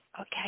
Okay